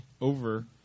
over